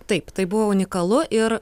taip tai buvo unikalu ir